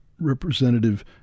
Representative